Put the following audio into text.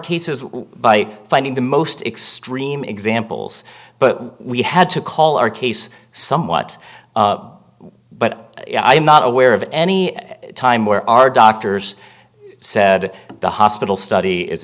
cases why finding the most extreme examples but we had to call our case somewhat but i'm not aware of any time where our doctors said the hospital